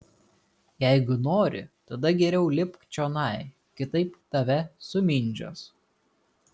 jeigu nori tada geriau lipk čionai kitaip tave sumindžios